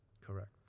Correct